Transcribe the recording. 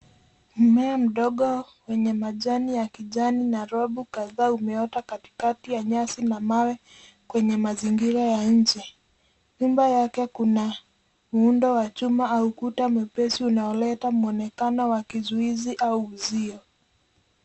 Mmea mdogo wenye majani ya kijani na robu kadhaa umeota katikati ya nyasi na mawe kwenye mazingira ya nje. Nyuma yake kuna muundo wa chuma au ukuta mwepesi unaoleta mwonekano wa kizuizi au uzio.